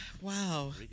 Wow